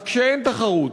אז כשאין תחרות,